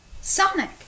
Sonic